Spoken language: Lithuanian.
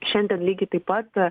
šiandien lygiai taip pat